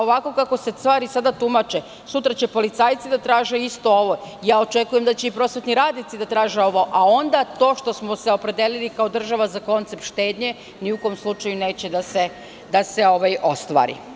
Ovako kako se stvari sada tumače, sutra će policajci da traže isto ovo, a očekujem da će i prosvetni radnici da traže ovo, a onda to što smo se opredelili kao država za koncept štednje, ni u kom slučaju neće da se ostvari.